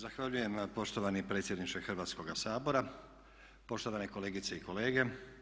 Zahvaljujem poštovani predsjedniče Hrvatskoga sabora, poštovane kolegice i kolege.